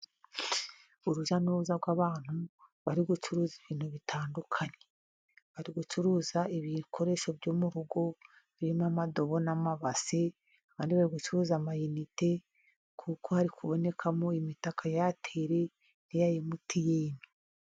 Urujya n'uruza rw'abantu bari gucuruza ibintu bitandukanye. Bari gucuruza bikoresho byo mu rugo birimo amadobo, n'amabasi, abandi bari gucuruza amayinite, kuko hari kubonekamo imitaka ya Eyateri n'iya Emutiyeni.